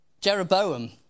Jeroboam